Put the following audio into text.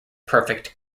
perfect